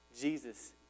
Jesus